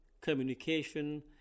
communication